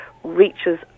reaches